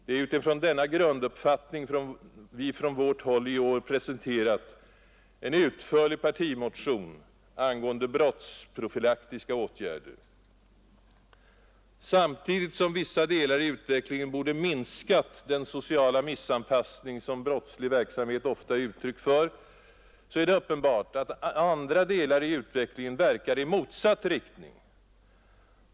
Det är utifrån denna grunduppfattning som vi från vårt håll i år har presenterat en utförlig partimotion angående brottsprofylaktiska åtgärder. Samtidigt som vissa delar i utvecklingen borde ha minskat den sociala missanpassningen är det uppenbart att andra delar i utvecklingen verkar i motsatt riktning.